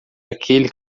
aquele